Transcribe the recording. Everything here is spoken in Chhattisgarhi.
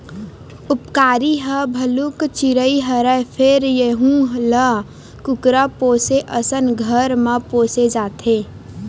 उपकारी ह भलुक चिरई हरय फेर यहूं ल कुकरा पोसे असन घर म पोसे जाथे